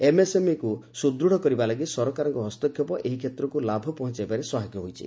ଏମ୍ଏସ୍ଏମ୍ଇକୁ ସୁଦୃଢ଼ କରିବା ଲାଗି ସରକାରଙ୍କ ହସ୍ତକ୍ଷେପ ଏହି କ୍ଷେତ୍କକ ଲାଭ ପହଞ୍ଚାଇବାରେ ସହାୟକ ହୋଇଛି